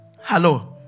Hello